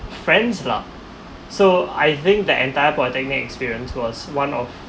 friends lah so I think the entire polytechnic experience was one of